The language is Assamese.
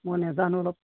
মই নেজানো